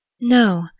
No